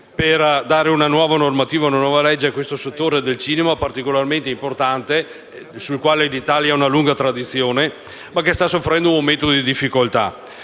per dare una nuova normativa al settore del cinema, particolarmente importante e nel quale l’Italia ha una lunga tradizione, ma che sta soffrendo un momento difficoltà.